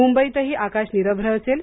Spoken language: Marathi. मुंबईतही आकाश निरभ्र असेल